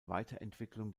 weiterentwicklung